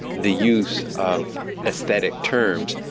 the use of aesthetic terms,